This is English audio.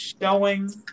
showing